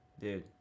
Dude